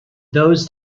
those